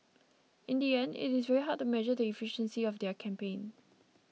in the end it is very hard to measure the efficiency of their campaign